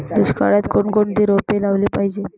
दुष्काळात कोणकोणती रोपे लावली पाहिजे?